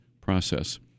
process